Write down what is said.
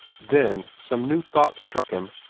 then some new thought struck him.